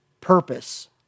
purpose